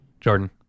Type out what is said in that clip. Jordan